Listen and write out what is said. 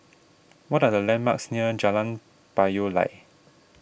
what are the landmarks near Jalan Payoh Lai